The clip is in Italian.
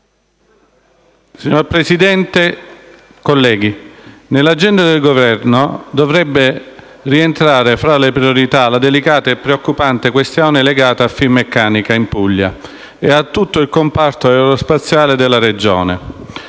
Signor Presidente, colleghi, nell'agenda del Governo dovrebbe rientrare, fra le priorità, la delicata e preoccupante questione legata a Finmeccanica in Puglia e a tutto il comparto aerospaziale della Regione,